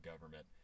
government